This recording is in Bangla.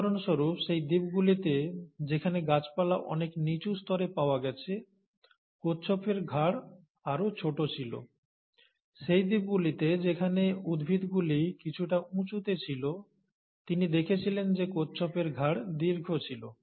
উদাহরণস্বরূপ সেই দ্বীপগুলিতে যেখানে গাছপালা অনেক নিচু স্তরে পাওয়া গেছে কচ্ছপের ঘাড় আরও ছোট ছিল সেই দ্বীপগুলিতে যেখানে উদ্ভিদগুলি কিছুটা উঁচুতে ছিল তিনি দেখেছিলেন যে কচ্ছপের ঘাড় দীর্ঘ ছিল